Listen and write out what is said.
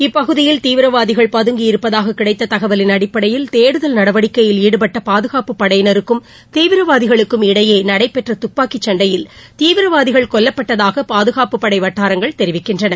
இப்பகுதியில் தீவிரவாதிகள் பதுங்கியிருப்பதாக கிடைத்த தகவலின் அடிப்படையில் தேடுதல் நடவடிக்கையில் ஈடுபட்ட பாதுகாப்புப் படையினருக்கும் தீவிரவாதிகளுக்கும் இடையே நடைபெற்ற துப்பாக்கிச் சண்டையில் தீவிரவாதிகள் கொல்லப்பட்டதாக பாதுகாப்புப் படை வட்டாரங்கள் தெரிவிக்கின்றன